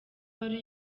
wari